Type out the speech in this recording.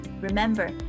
remember